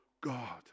God